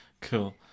Cool